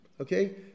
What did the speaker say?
Okay